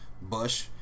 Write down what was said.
Bush